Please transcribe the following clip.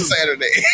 Saturday